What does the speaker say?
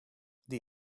die